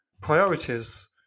priorities